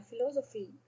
philosophy